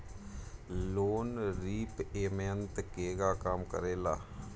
Loan repayment केगा काम करेला?